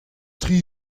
tri